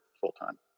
full-time